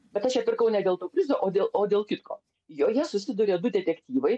bet aš ją pirkau ne dėl to prizo o dėl o dėl kitko joje susiduria du detektyvai